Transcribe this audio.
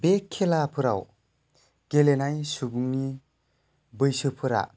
बे खेलाफोराव गेलेनाय सुबुंनि बैसोफोरा